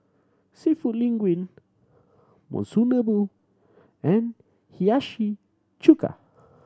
Seafood Linguine Monsunabe and Hiyashi Chuka